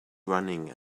running